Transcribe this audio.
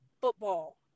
football